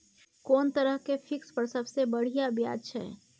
कोन तरह के फिक्स पर सबसे बढ़िया ब्याज छै?